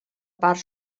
part